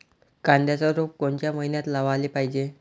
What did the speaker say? कांद्याचं रोप कोनच्या मइन्यात लावाले पायजे?